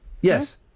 Yes